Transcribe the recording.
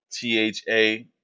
T-H-A